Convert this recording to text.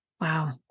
Wow